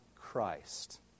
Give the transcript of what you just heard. Christ